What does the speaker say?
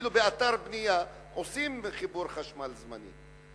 אפילו באתר בנייה עושים חיבור חשמל זמני.